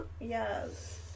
yes